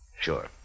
Sure